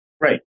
Right